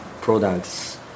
products